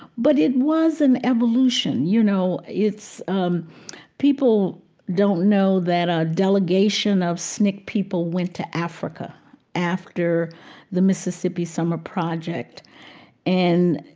but it was an evolution you know, um people don't know that a delegation of sncc people went to africa after the mississippi summer project and,